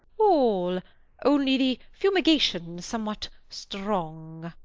all only the fumigation's somewhat strong.